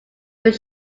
but